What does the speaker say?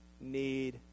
need